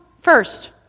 first